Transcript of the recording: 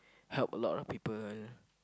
help a lot of people